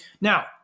Now